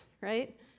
right